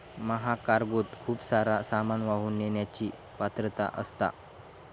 महाकार्गोत खूप सारा सामान वाहून नेण्याची पात्रता असता